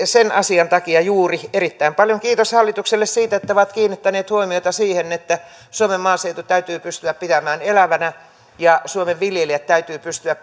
sen asian takia erittäin paljon kiitoksia hallitukselle siitä että ovat kiinnittäneet huomioita siihen että suomen maaseutu täytyy pystyä pitämään elävänä ja suomen viljelijät täytyy pystyä